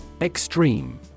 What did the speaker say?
Extreme